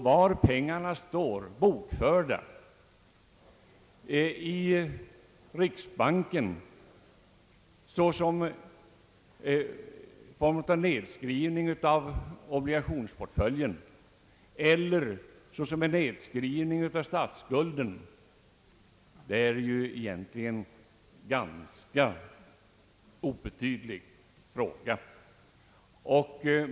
Var pengarna står bokförda, i riksbanken såsom en form av nedskrivning av obligationsportföljen eller såsom en nedskrivning av statsskulden, är egentligen en ganska obetydlig fråga.